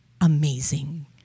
amazing